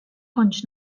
kontx